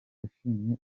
yashimye